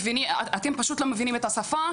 אתם פשוט לא מבינים את השפה.